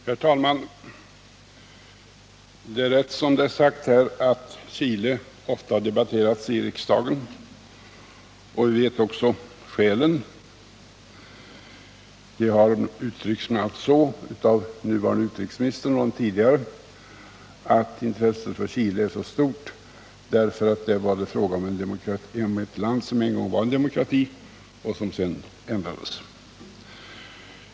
Herr talman! Det är riktigt som det sades här, att Chile ofta har debatterats i riksdagen. Vi känner också till skälen. Av såväl den nuvarande som den förutvarande utrikesministern har detta bl.a. uttryckts så att intresset för Chile är så stort därför att det är fråga om ett land som en gång var en demokrati men vars förhållanden sedan har ändrats.